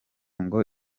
ngo